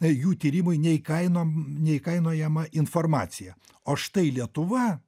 jų tyrimui neįkainom neįkainojamą informaciją o štai lietuva